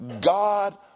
God